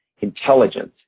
intelligence